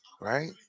Right